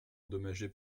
endommagée